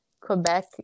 Quebec